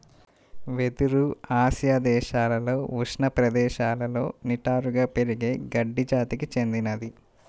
వెదురు ఆసియా దేశాలలో ఉష్ణ ప్రదేశాలలో నిటారుగా పెరిగే గడ్డి జాతికి చెందినది